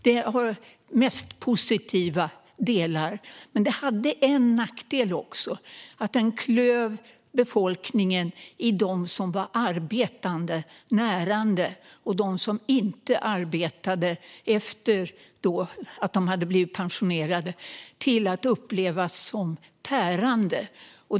Det hade mest positiva delar, men det hade en nackdel också, nämligen att det klöv befolkningen. De som var arbetande blev närande, och de som inte arbetade efter att de hade blivit pensionerade upplevdes som tärande.